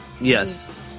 yes